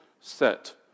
set